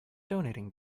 donating